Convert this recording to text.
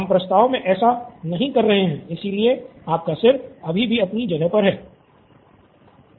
हम वास्तव में ऐसा नहीं कर रहे हैं इसलिए आपका सिर अभी भी अपनी जगह पर हैं